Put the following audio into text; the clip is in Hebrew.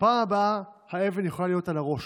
"בפעם הבאה האבן יכולה להיות על הראש,